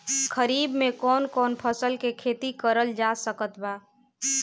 खरीफ मे कौन कौन फसल के खेती करल जा सकत बा?